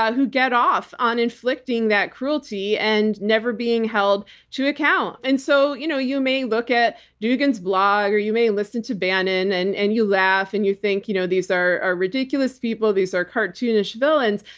who get off on inflicting that cruelty and never being held to account. and so you know you may look at dugin's blog or you may listen to bannon and and you laugh and you think you know these are are ridiculous people, these are cartoonish villains.